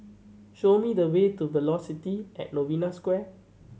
show me the way to Velocity at Novena Square